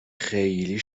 خیلی